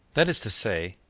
that is to say,